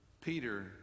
peter